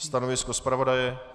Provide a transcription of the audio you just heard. Stanovisko zpravodaje?